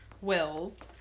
Wills